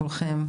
כולכם,